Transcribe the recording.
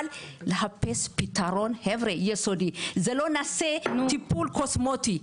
אבל לחפש פתרון יסודי ולא לעשות טיפול קוסמטי,